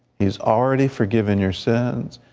he's already forgiven your sins,